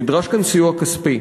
נדרש כאן סיוע כספי.